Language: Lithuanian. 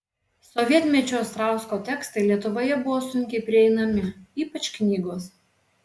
sovietmečiu ostrausko tekstai lietuvoje buvo sunkiai prieinami ypač knygos